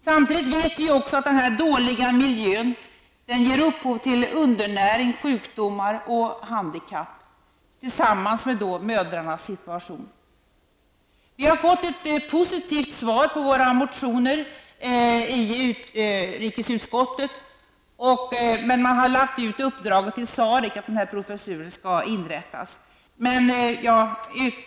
Samtidigt vet vi att den här dåliga miljön ger upphov till undernäring, sjukdomar och handikapp -- tillsammans med mödrarnas situation. Vi har fått ett positivt svar på våra motioner i utrikesutskottet. Men uppdraget att inrätta den här professuren har man överlämnat till SAREC.